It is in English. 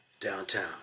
downtown